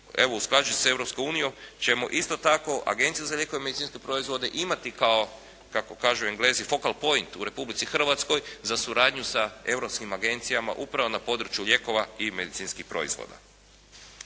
Europskom unijom, ćemo isto tako Agenciju za lijekove i medicinske proizvode imati kao, kako kažu Englezi, "pocal point" u Republici Hrvatskoj za suradnju sa europskim agencijama upravo na području lijekova i medicinskih proizvoda.